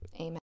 Amen